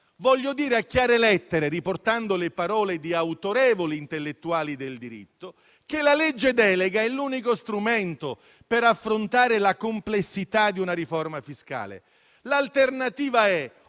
Voglio dire a chiare lettere, riportando le parole di autorevoli intellettuali del diritto, che la legge delega è l'unico strumento per affrontare la complessità di una riforma fiscale. L'alternativa è